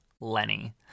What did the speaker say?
Lenny